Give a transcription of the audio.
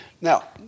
Now